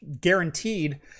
guaranteed